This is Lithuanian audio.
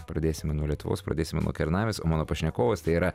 pradėsime nuo lietuvos pradėsime nuo kernavės o mano pašnekovas tai yra